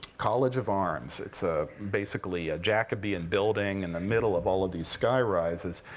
college of arms. it's ah basically a jacobean building in the middle of all of these sky rises.